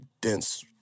dense